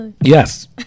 Yes